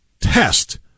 test